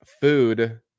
food